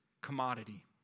commodity